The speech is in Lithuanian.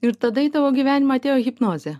ir tada į tavo gyvenimą atėjo hipnozė